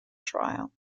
trial